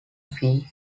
fee